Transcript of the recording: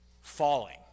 falling